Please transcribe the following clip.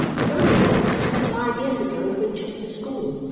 but only once, five years ago, at winchester school.